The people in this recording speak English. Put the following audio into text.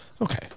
Okay